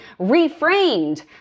reframed